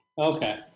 Okay